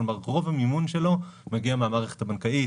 כלומר רוב המימון שלו מגיע מהמערכת הבנקאית.